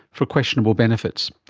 for questionable benefits.